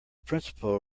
principal